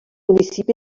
municipi